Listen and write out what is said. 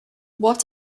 what